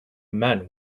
men